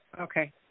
Okay